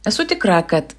esu tikra kad